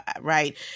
right